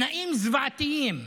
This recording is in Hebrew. תנאים זוועתיים.